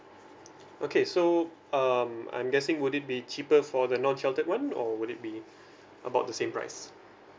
okay so um I'm guessing would it be cheaper for the non sheltered one or would it be about the same price